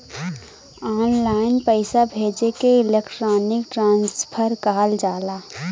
online पइसा भेजे के इलेक्ट्रानिक ट्रांसफर कहल जाला